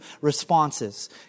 responses